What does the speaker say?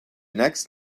next